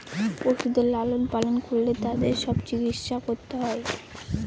পশুদের লালন পালন করলে তাদের সব চিকিৎসা করতে হয়